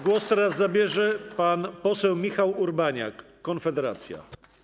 Głos teraz zabierze pan poseł Michał Urbaniak, Konfederacja.